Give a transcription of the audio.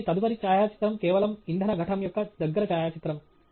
కాబట్టి తదుపరి ఛాయాచిత్రం కేవలం ఇంధన ఘటం యొక్క దగ్గర ఛాయాచిత్రం